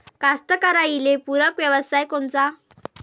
कास्तकाराइले पूरक व्यवसाय कोनचा?